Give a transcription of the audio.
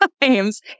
times